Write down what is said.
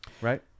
right